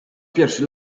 pierwszy